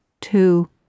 two